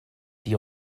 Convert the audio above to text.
die